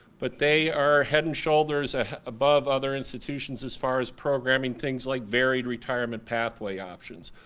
but they are head and shoulders above other institutions as far as programming things like varied retirement pathway options,